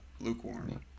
lukewarm